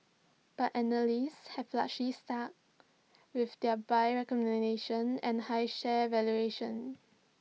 but analysts have largely stuck with their buy recommendations and high share valuations